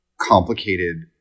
complicated